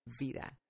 Vida